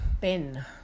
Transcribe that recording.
Ben